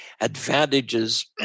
advantages